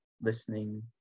listening